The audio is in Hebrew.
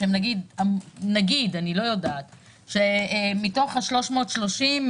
שנגיד אני לא יודעת מתוך 330,